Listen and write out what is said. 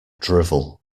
drivel